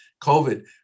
COVID